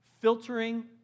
filtering